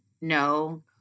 No